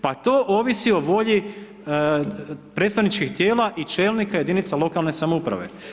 Pa to ovisi o volji predstavničkih tijela i čelnika jedinice lokalne samouprave.